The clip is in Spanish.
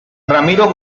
ramiro